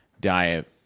diet